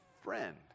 friend